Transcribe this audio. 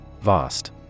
VAST